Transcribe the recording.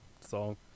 song